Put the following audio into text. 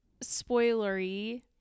spoilery